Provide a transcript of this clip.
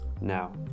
now